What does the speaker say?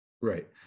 Right